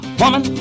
woman